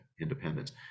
independence